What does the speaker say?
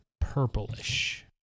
purplish